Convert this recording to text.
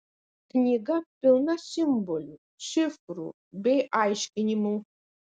knyga pilna simbolių šifrų bei aiškinimų